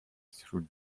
through